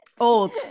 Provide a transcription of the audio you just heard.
old